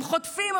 הם חוטפים.